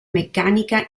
meccanica